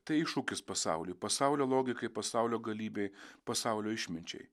tai iššūkis pasauliui pasaulio logikai pasaulio galybei pasaulio išminčiai